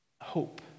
hope